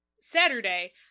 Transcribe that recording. Saturday